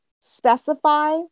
specify